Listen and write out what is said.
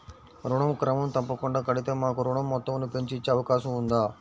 ఋణం క్రమం తప్పకుండా కడితే మాకు ఋణం మొత్తంను పెంచి ఇచ్చే అవకాశం ఉందా?